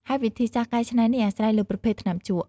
ហើយវិធីសាស្ត្រកែច្នៃនេះអាស្រ័យលើប្រភេទថ្នាំជក់។